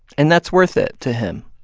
and that's worth it to him